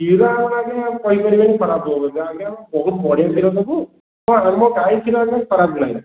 କ୍ଷୀର ଆମର ଆଜ୍ଞା ଆପଣ ଆଉ କହିପାରିବେନି ଖରାପ ବୋଲି ଆମେ ଆମ ବହୁତ ବଢ଼ିଆ କ୍ଷୀର ଦେବୁ ଆମ ଗାଈ କ୍ଷୀର ଆଜ୍ଞା ଖରାପ ନାହିଁ